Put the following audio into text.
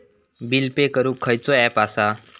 Bill pay करूक खैचो app असा?